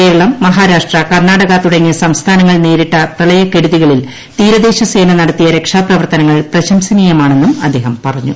കേരളം മഹാരാഷ്ട്ര കർണാടക തുടങ്ങിയ സംസ്ഥാനങ്ങൾ നേരിട്ട പ്രളയക്കെടുതികളിൽ തീരദേശ സേന നടത്തിയ രക്ഷാപ്രവർത്തനങ്ങൾ പ്രശംസനീയമാണെന്നും അദ്ദേഹം പറഞ്ഞു